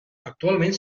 actualment